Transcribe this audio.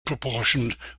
proportioned